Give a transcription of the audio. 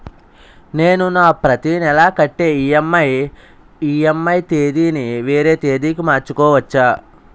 నేను నా ప్రతి నెల కట్టే ఈ.ఎం.ఐ ఈ.ఎం.ఐ తేదీ ని వేరే తేదీ కి మార్చుకోవచ్చా?